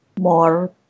more